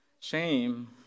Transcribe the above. shame